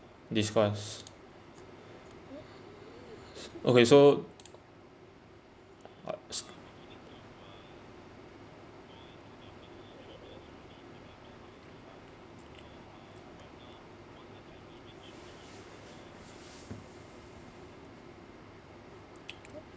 discuss okay so ask